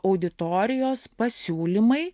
auditorijos pasiūlymai